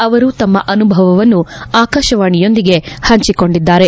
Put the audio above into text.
ಅವರು ತಮ್ಮ ಅನುಭವಗಳನ್ನು ಆಕಾಶವಾಣೆಯೊಂದಿಗೆ ಹಂಚಿಕೊಂಡಿದ್ದಾರೆ